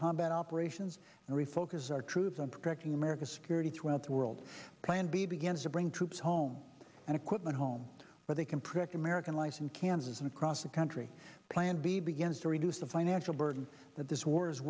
combat operations and refocus our troops on protecting america's security throughout the world plan b begins to bring troops home and equipment home where they can practice merican life in kansas and across the country plan b begins to reduce the financial burden that this war is